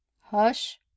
Hush